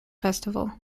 festival